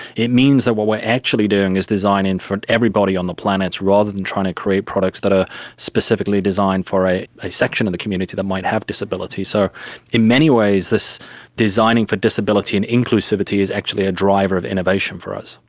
it means that what we are actually doing is designing for everybody on the planet rather than trying to create products that are specifically designed for a a section of the community that might have disabilities. so in many ways this designing for disability and inclusivity is actually a driver of innovation for us.